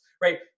right